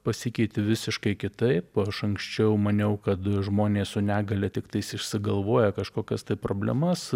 pasikeitė visiškai kitaip aš anksčiau maniau kad žmonės su negalia tiktais išsigalvoja kažkokias problemas